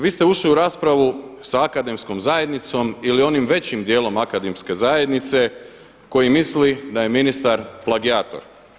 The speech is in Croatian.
Vi ste ušli u raspravu sa akademskom zajednicom ili onim većim dijelom akademske zajednice koji misli da je ministar plagijator.